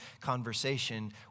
conversation